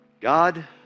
God